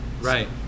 Right